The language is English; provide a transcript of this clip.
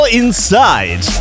inside